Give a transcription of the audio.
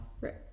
right